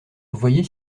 voyez